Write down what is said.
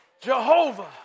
Jehovah